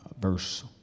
verse